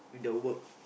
the work